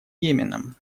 йеменом